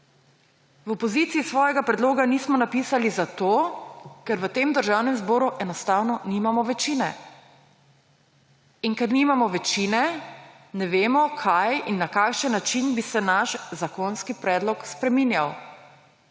V opoziciji svojega predloga nismo napisali zato, ker v Državnem zboru enostavno nimamo večine. In ker nimamo večine, ne vemo, kaj in na kakšen način bi se naš zakonski predlog spreminjal